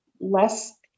less